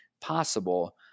possible